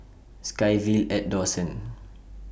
SkyVille At Dawson